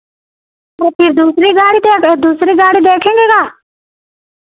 तो फिर दूसरी गाड़ी दे दो दूसरी गाड़ी देखेंगे क्या